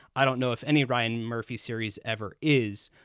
i don't know if any ryan murphy series ever is.